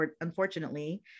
unfortunately